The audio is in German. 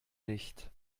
nicht